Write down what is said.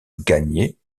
gagné